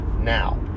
now